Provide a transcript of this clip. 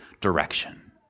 direction